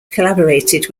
collaborated